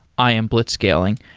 i am blitzscaling.